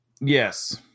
Yes